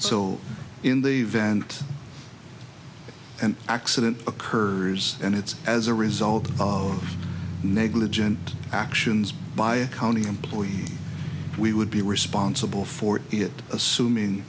so in the event an accident occurs and it's as a result of negligent actions by a county employee we would be responsible for it assuming